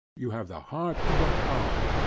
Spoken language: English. you have the heart of a coward,